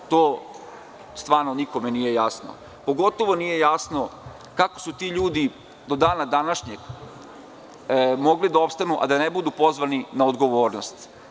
To nikome nije jasno, a pogotovo nije jasno kako su ti ljudi do dana današnjeg mogli da opstanu a da ne budu pozvani na odgovornost.